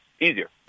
easier